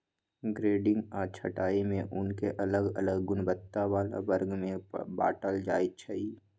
grading आऽ छँटाई में ऊन के अलग अलग गुणवत्ता बला वर्ग में बाटल जाइ छइ